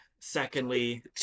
Secondly